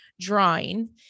drawing